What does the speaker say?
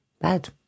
bad